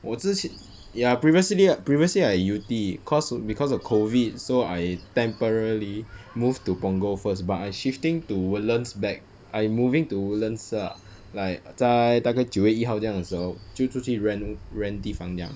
我之前 ya previously previously I yew tee cause because of COVID so I temporarily moved to punggol first but I shifting to woodlands back I'm moving to woodlands lah like 在大概九月一号这样的时候就出去 rent rent 地方这样